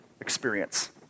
experience